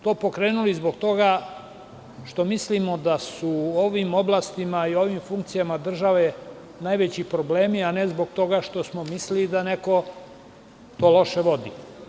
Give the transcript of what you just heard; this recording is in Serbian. Mi smo to pokrenuli zbog toga što mislimo da su u ovim oblastima i ovim funkcijama države najveći problemi, a ne zbog toga što smo mislili da neko to loše vodi.